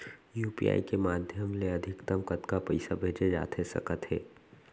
UPI के माधयम ले अधिकतम कतका पइसा भेजे जाथे सकत हे?